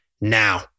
now